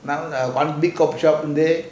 now the one big coffee shop there